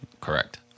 Correct